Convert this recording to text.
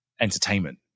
entertainment